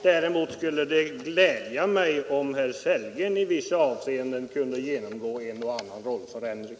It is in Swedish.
Däremot kunde det glädja mig om herr Sellgren i vissa avseenden kunde genomgå en och annan rollförändring.